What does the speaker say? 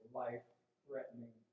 life-threatening